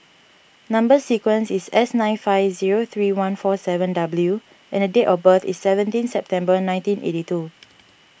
Number Sequence is S nine five zero three one four seven W and date of birth is seventeen September nineteen eighty two